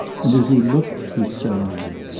and as he looked he sighed.